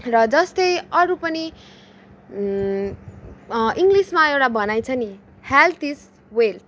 र जस्तै अरू पनि इङ्लिसमा एउटा भनाइ छ नि हेल्थ इज वेल्थ